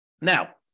Now